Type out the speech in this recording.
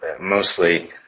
mostly